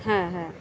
হ্যাঁ হ্যাঁ